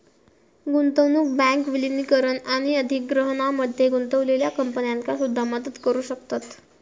गुंतवणूक बँक विलीनीकरण आणि अधिग्रहणामध्ये गुंतलेल्या कंपन्यांका सुद्धा मदत करू शकतत